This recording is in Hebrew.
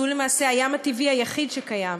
שהוא למעשה הים הטבעי היחיד שקיים.